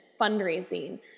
fundraising